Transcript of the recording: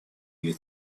или